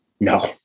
No